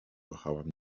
kochałam